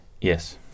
Yes